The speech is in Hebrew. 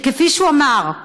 שכפי שהוא אמר,